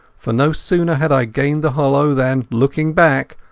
for no sooner had i gained the hollow than, looking back,